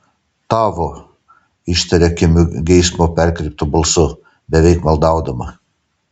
tavo ištaria kimiu geismo perkreiptu balsu beveik maldaudama